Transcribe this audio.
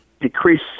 decrease